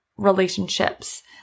relationships